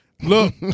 look